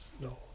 no